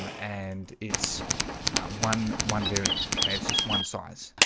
um and it's one one very okay. it's just one size.